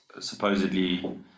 supposedly